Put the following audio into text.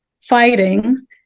fighting